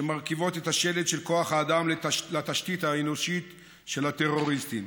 שמרכיבות את השלד של כוח האדם לתשתית האנושית של הטרוריסטים.